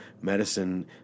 medicine